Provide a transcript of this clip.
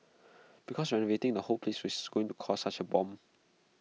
because renovating the whole place is going to cost such A bomb